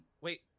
wait